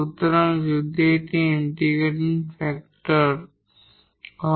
সুতরাং যদি এটি একটি ইন্টিগ্রেটিং ফ্যাক্টর হয়